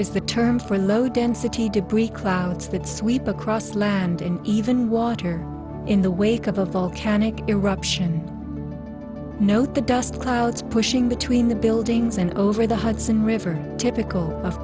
is the term for low density debris clouds that sweep across land in even water in the wake of a volcanic eruption note the dust clouds pushing between the buildings and over the hudson river typical of